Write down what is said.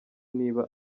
niba